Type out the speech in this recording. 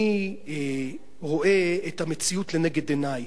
אני רואה את המציאות לנגד עיני.